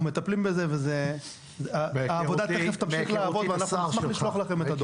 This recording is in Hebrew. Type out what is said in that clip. מטפלים בזה והעבודה תיכף תמשיך ואנחנו נשמח לשלוח לכם את הדוח.